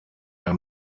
aya